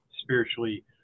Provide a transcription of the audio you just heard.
spiritually